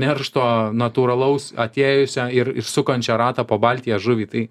neršto natūralaus atėjusio ir iš sukančio rato po baltiją žuvį tai